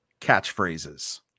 Catchphrases